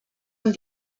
amb